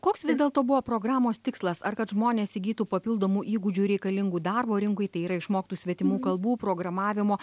koks vis dėlto buvo programos tikslas ar kad žmonės įgytų papildomų įgūdžių reikalingų darbo rinkoj tai yra išmoktų svetimų kalbų programavimo